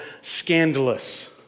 scandalous